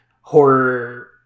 horror